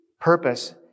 purpose